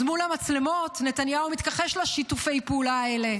אז מול המצלמות נתניהו מתכחש לשיתופי פעולה האלה,